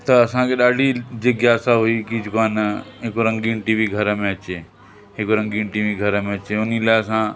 त असांखे ॾाढी जिज्ञासा हुई कि जेको आहे न हिकु रंगीन टी वी घर में अचे उन्हीअ लाइ असां